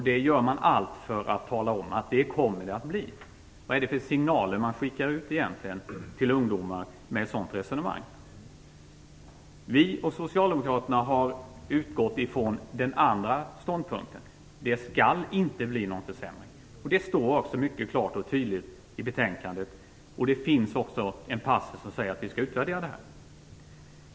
Man gör allt för att tala om det. Vad är det för signaler man skickar ut till ungdomar när man för ett sådant resonemang? Vi och socialdemokraterna har utgått ifrån den andra ståndpunkten, att det inte skall bli någon försämring. Det står också klart och tydligt i betänkandet. Det finns också en passus om att vi skall utvärdera detta.